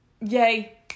Yay